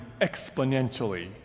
exponentially